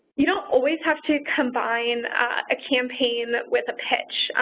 you don't always have to combine a campaign with a pitch.